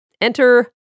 enter